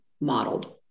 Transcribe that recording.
modeled